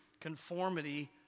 Conformity